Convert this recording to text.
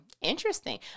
Interesting